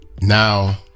Now